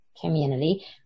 community